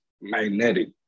magnetic